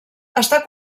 està